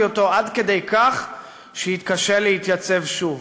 אותו עד כדי כך שיתקשה להתייצב שוב.